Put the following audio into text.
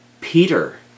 Peter